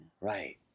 Right